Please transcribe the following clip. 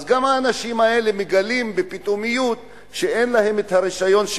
ואז האנשים האלה גם מגלים בפתאומיות שאין להם רשיון,